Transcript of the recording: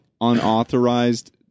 unauthorized